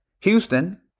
Houston